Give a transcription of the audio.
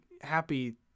happy